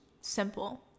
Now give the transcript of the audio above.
simple